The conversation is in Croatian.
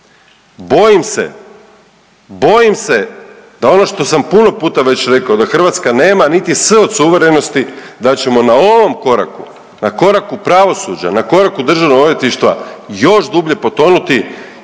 Bojim se, bojim se da ono što sam puno puta već rekao da Hrvatska nema niti S od suverenosti da ćemo na ovom koraku, na koraku pravosuđa, na koraku državnog odvjetništva još dublje potonuti.